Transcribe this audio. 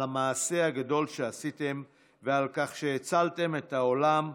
המעשה הגדול שעשיתם ועל כך שהצלתם את העולם,